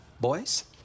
boys